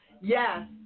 yes